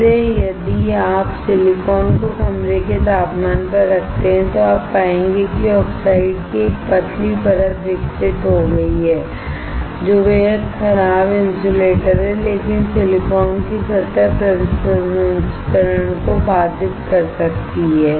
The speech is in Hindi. इसलिए यदि आप सिलिकॉन को कमरे के तापमान पर रखते हैं तो आप पाएंगे कि ऑक्साइड की एक पतली परत विकसित हो गई है जो बेहद खराब इन्सुलेटर है लेकिन सिलिकॉनकी सतह प्रसंस्करण को बाधित कर सकती है